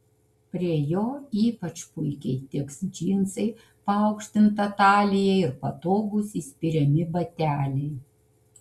prie jo ypač puikiai tiks džinsai paaukštinta talija ir patogūs įspiriami bateliai